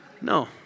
No